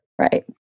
Right